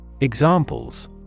Examples